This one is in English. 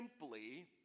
simply